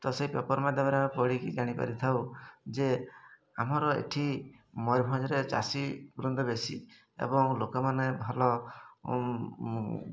ତ ସେଇ ପେପର୍ ମାଧ୍ୟମରେ ଆମେ ପଢ଼ିକି ଜାଣିପାରିଥାଉ ଯେ ଆମର ଏଠି ମୟୂରଭଞ୍ଜରେ ଚାଷୀ ବେଶୀ ଏବଂ ଲୋକମାନେ ଭଲ